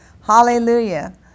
Hallelujah